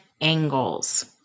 angles